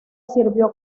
sirvió